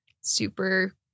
super